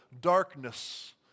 darkness